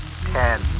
ten